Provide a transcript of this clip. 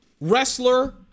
wrestler